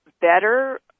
better